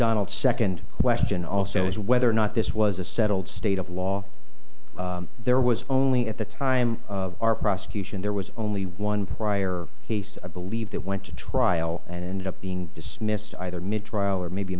donald second question also is whether or not this was a settled state of law there was only at the time of our prosecution there was only one prior case i believe that went to trial and ended up being dismissed either mid trial or maybe